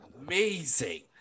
amazing